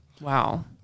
Wow